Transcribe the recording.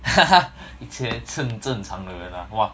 一切正正常的人 ah !wah!